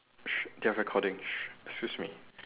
sh~ they're recording sh~ excuse me